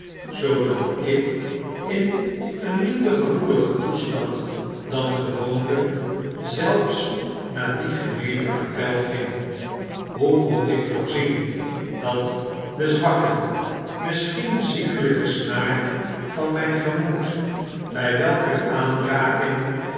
zoodat ik in een minder gevoeligen toestand dan gewoonlp zelfs naar die gemeene kapel ging hoe kon ikvoorziendatdezwakke misschien de ziekelpe snaar van myngemoed by welker aanraking